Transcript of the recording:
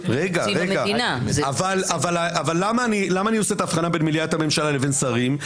אבל למה אני עושה את ההבחנה בין מליאת הממשלה לבין שרים?